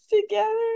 together